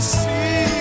see